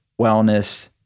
wellness